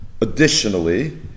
Additionally